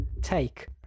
take